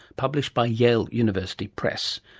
published by yale university press.